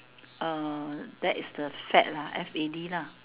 uh that is the fad lah F A D lah